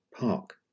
Park